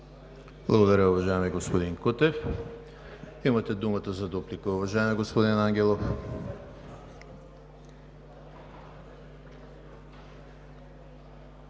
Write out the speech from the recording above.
Благодаря, уважаеми господин Кутев. Имате думата за дуплика, уважаеми господин Ангелов.